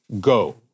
Go